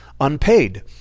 Unpaid